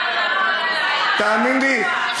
תאמין לי,